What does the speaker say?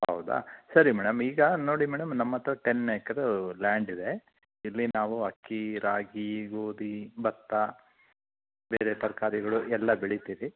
ಹೌದೇ ಸರಿ ಮೇಡಮ್ ಈಗ ನೋಡಿ ಮೇಡಮ್ ನಮ್ಮತ್ರ ಟೆನ್ ಎಕ್ರೆದು ಲ್ಯಾಂಡಿದೆ ಇಲ್ಲಿ ನಾವು ಅಕ್ಕಿ ರಾಗಿ ಗೋಧಿ ಭತ್ತ ಬೇರೆ ತರಕಾರಿಗಳು ಎಲ್ಲ ಬೆಳಿತೀವಿ